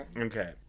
Okay